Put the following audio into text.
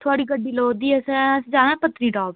थुआढ़ी गड्डी लोड़दी ही असें असें जाना पत्नीटाप